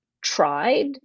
tried